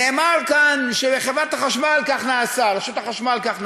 נאמר כאן שבחברת החשמל, ברשות החשמל, כך נעשה.